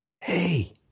hey